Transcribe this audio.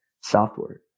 software